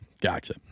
Gotcha